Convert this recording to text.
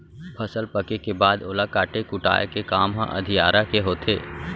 फसल पके के बाद ओला काटे कुटाय के काम ह अधियारा के होथे